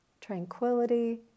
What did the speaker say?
tranquility